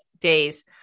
days